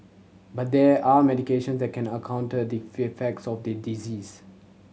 but there are medication that can a counter the effects of the disease